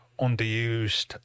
underused